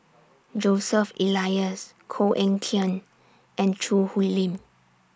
Joseph Elias Koh Eng Kian and Choo Hwee Lim